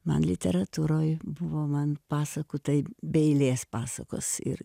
man literatūroj buvo man pasakų taip be eilės pasakos ir